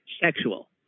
Sexual